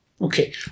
Okay